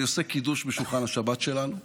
אני עושה קידוש בשולחן השבת שלנו,